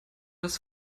das